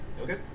Okay